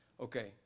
okay